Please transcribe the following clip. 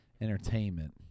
Entertainment